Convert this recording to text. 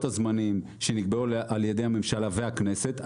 הזמנים שנקבעו על ידי הממשלה והכנסת,